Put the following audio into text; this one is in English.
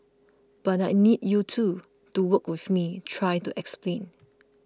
but I need you too to work with me try to explain